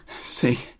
See